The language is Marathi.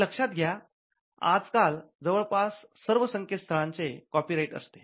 हे लक्षात घ्या आज काल जवळपास सर्व संकेत स्थळाचे चे कॉपीराईट असते